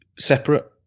separate